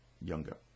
younger